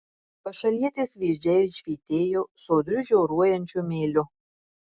pašalietės vyzdžiai švytėjo sodriu žioruojančiu mėliu